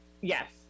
Yes